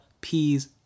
Peas